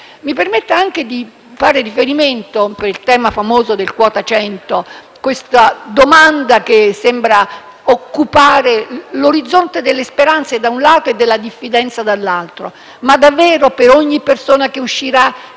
Mi permetta anche di fare riferimento, per quanto riguarda quota 100, a una domanda che sembra occupare l'orizzonte delle speranze, da un lato, e della diffidenza, dall'altro: davvero per ogni persona che uscirà